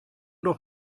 doch